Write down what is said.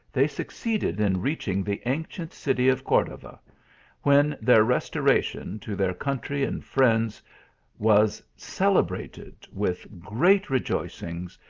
they succeeded in reaching the ancient city of cordova when their restoration to their country and friends was celebrated with great rejoicings,